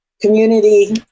community